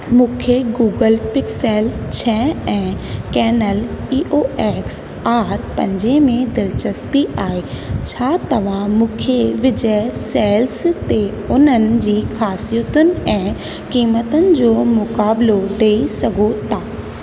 मूंखे Google Pixel छह ऐं Canon E O X R पंजे में दिलचस्पी आहे छा तव्हां मूंखे विजय सेल्स ते उननि जी ख़ासियतुनि ऐं क़ीमतुनि जो मुकाबिलो ॾेई सघो था